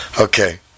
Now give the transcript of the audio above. Okay